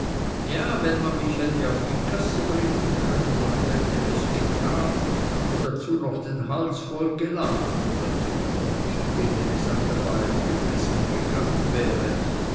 ja wenn man mich hätte auf die gasse bringen können man hatte es getan und dazu noch den hals voll gelacht und dazu noch die denen es dabei am übelsten gegangen wäre